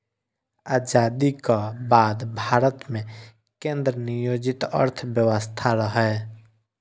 आजादीक बाद भारत मे केंद्र नियोजित अर्थव्यवस्था रहै